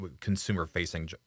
consumer-facing